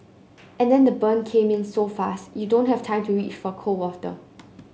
and then the burn came in so fast you don't have time to reach for cold water